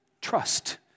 Trust